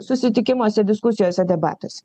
susitikimuose diskusijose debatuose